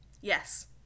Yes